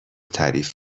تعریف